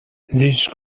these